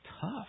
tough